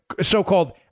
so-called